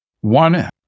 One